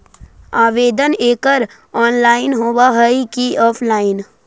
आवेदन एकड़ ऑनलाइन होव हइ की ऑफलाइन?